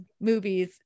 movies